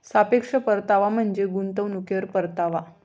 सापेक्ष परतावा म्हणजे गुंतवणुकीवर परतावा